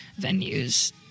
venues